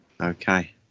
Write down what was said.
Okay